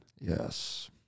Yes